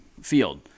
field